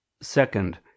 Second